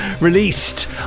Released